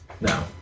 No